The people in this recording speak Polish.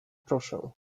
proszę